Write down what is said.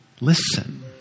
listen